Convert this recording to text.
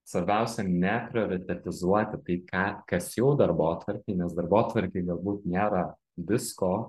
svarbiausia neprioritetizuoti tai ką kas jau darbotvarkėj nes darbotvarkėj galbūt nėra visko